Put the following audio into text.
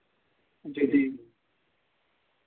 जी जी